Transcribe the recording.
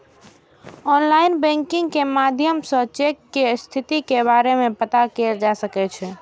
online banking के माध्यम सं चेक के स्थिति के बारे मे पता कैल जा सकै छै